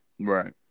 right